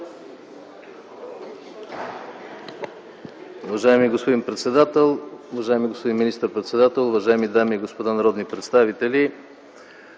Уважаеми господин председател, уважаеми господин министър-председател, уважаеми дами и господа народни представители!